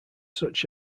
such